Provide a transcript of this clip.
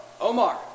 Omar